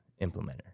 implementer